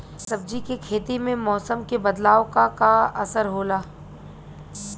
सब्जी के खेती में मौसम के बदलाव क का असर होला?